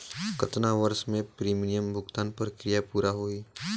कतना वर्ष मे प्रीमियम भुगतान प्रक्रिया पूरा होही?